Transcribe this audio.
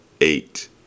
eight